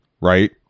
right